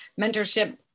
mentorship